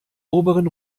oberen